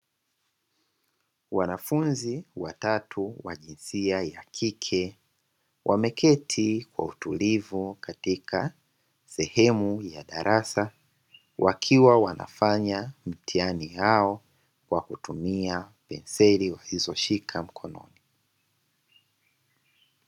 Wanafunzi wa tatu wa jinsia ya kike wameketi kwa utulivu katika sehemu ya darasa, wakiwa wanafanya mitihani yao kwa kutumia penseli walizoshika mkononi.